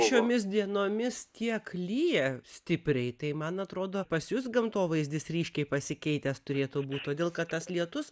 šiomis dienomis tiek lyja stipriai tai man atrodo pas jus gamtovaizdis ryškiai pasikeitęs turėtų būt todėl kad tas lietus